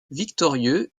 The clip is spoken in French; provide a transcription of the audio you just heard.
victorieux